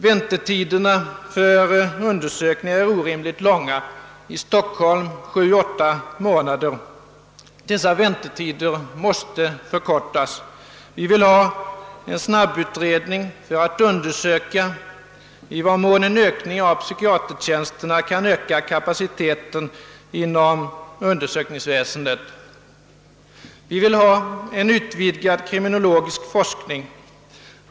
<:Väntetiderna för undersökning är orimligt långa — i Stockholm sju, åtta månader. Dessa väntetider måste förkortas. Vi vill ha en snabbutredning för att undersöka i vad mån en ökning av psykiatertjänsterna kan förstärka kapaciteten inom undersökningsväsendet. Vi vill ha en utvidgad kriminologisk forskning.